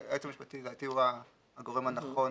היועץ המשפטי לדעתי הוא הגורם הנכון